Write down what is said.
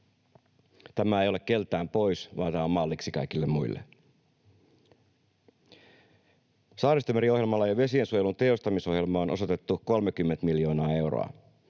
Tämä ei ole keltään pois vaan malliksi kaikille muille. Saaristomeri-ohjelmaan ja vesiensuojelun tehostamisohjelmaan on osoitettu 30 miljoonaa euroa.